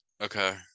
Okay